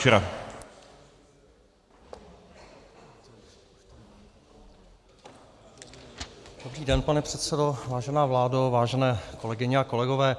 Dobrý den, pane předsedo, vážená vládo, vážené kolegyně a kolegové.